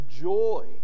joy